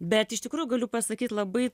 bet iš tikrųjų galiu pasakyt labai